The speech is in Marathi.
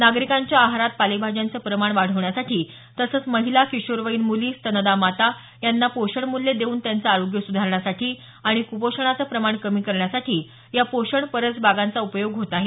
नागरिकांच्या आहारात पालेभाज्यांचं प्रमाण वाढवण्यासाठी तसंच महिला किशोरवयीन मुली स्तनदा माता यांना पोषणमूल्ये देऊन त्यांचे आरोग्य सुधारण्यासाठी आणि कुपोषणाचे प्रमाण कमी करण्यासाठी या पोषण परस बागांचा उपयोग होत आहे